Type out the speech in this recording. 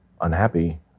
unhappy